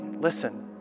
listen